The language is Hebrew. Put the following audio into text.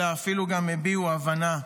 אלא אפילו גם הביעו הבנה.